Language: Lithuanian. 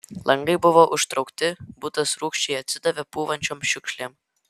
langai buvo užtraukti butas rūgščiai atsidavė pūvančiom šiukšlėm